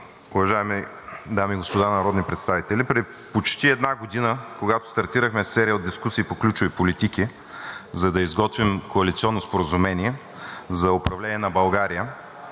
Уважаеми дами и господа народни представители. Преди почти една година, когато стартирахме серия от дискусии по ключови политики, за да изготвим коалиционно споразумение за управление на България,